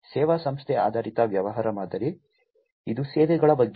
ಸೇವಾ ಸಂಸ್ಥೆ ಆಧಾರಿತ ವ್ಯವಹಾರ ಮಾದರಿ ಇದು ಸೇವೆಗಳ ಬಗ್ಗೆ